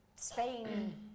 Spain